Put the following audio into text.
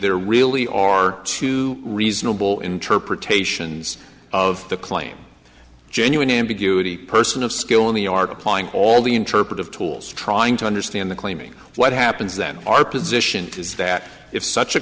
there really are two reasonable interpretations of the claim genuine ambiguity person of skill in the art applying all the interpretive tools trying to understand the claiming what happens then our position is that if such a